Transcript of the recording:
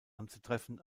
anzutreffen